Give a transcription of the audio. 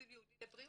תקציב ייעודי לבריאות.